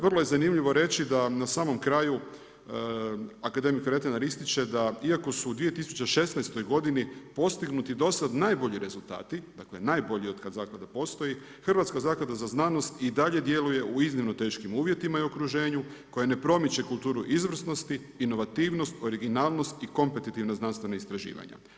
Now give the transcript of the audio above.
Vrlo je zanimljivo reći da na samom kraju akademik Vretenar ističe da iako su u 2016. godini postignuti do sada najbolji rezultati, dakle najbolji otkada Zaklada postoji Hrvatska zaklada za znanost i dalje djeluje u iznimno teškim uvjetima i okruženju koje ne promiče kulturu izvrsnosti, inovativnost, originalnost i kompetitivna znanstvena istraživanja.